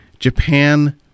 Japan